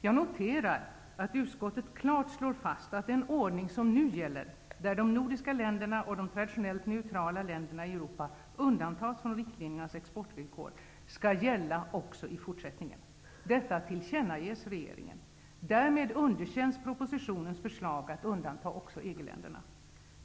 Jag noterar att utskottet klart slår fast att den ordning som nu gäller, där de nordiska länderna och de traditionellt neutrala länderna i Europa undantas från riktlinjernas exportvillkor, skall gälla också i fortsättningen. Detta tillkännages regeringen. Därmed underkänns propositionens förslag att undanta också EG-länderna.